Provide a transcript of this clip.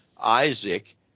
Isaac